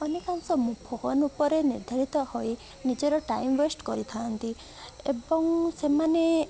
ଅନେକାଂଶ ମୁ ଫୋନ ଉପରେ ନିର୍ଦ୍ଧାରିତ ହୋଇ ନିଜର ଟାଇମ୍ ୱେଷ୍ଟ କରିଥାନ୍ତି ଏବଂ ସେମାନେ